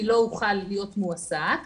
אני לא אוכל להיות מועסק.